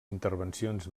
intervencions